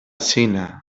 xina